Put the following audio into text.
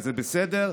וזה בסדר,